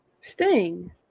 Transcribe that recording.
Sting